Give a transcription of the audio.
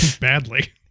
Badly